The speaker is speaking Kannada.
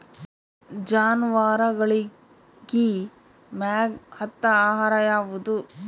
ಜಾನವಾರಗೊಳಿಗಿ ಮೈಗ್ ಹತ್ತ ಆಹಾರ ಯಾವುದು?